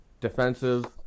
defensive